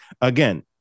again